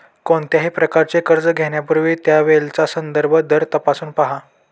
कोणत्याही प्रकारचे कर्ज घेण्यापूर्वी त्यावेळचा संदर्भ दर तपासून पहा